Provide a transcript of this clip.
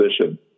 position